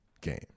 game